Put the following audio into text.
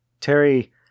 Terry